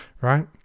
right